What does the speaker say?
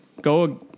go